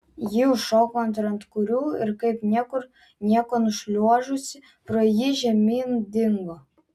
ji užšoko ant ranktūrių ir kaip niekur nieko nušliuožusi pro jį žemyn dingo